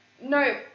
no